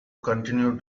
continue